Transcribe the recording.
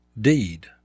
deed